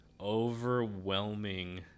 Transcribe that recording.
overwhelming